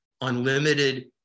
unlimited